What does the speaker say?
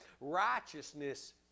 Righteousness